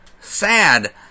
sad